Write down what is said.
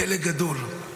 פלא גדול.